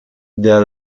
der